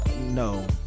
No